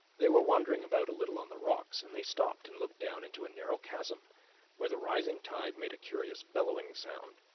they were wandering about a little on the rocks, and they stopped and looked down into a narrow chasm where the rising tide made a curious bellowing sound.